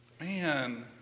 Man